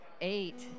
eight